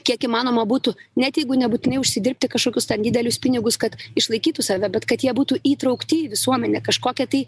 kiek įmanoma būtų net jeigu nebūtinai užsidirbti kašokius ten didelius pinigus kad išlaikytų save bet kad jie būtų įtraukti į visuomenę kažkokią tai